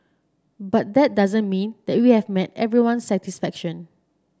but that doesn't mean that we have met everyone's satisfaction